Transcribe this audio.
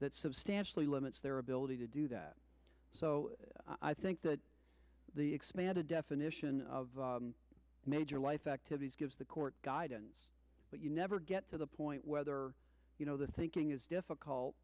that substantially limits their ability to do that so i think that the expanded definition of major life activities gives the court guidance but you never get to the point whether you know the thinking is difficult